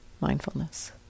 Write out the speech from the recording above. mindfulness